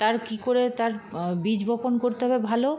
তার কী করে তার বীজ বপন করতে হবে ভালো